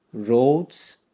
roads,